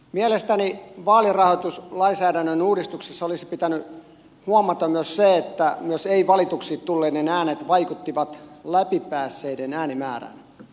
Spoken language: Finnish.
mielestäni vaalirahoituslainsäädännön uudistuksessa olisi pitänyt huomata se että myös ei valituiksi tulleiden äänet vaikuttivat läpi päässeiden äänimäärään